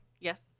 Yes